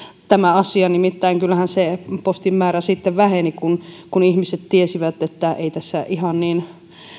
tämä asia nimittäin kyllähän se postin määrä sitten väheni kun ihmiset tiesivät että ei tässä ihan niin